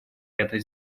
это